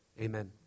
Amen